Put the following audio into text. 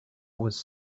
was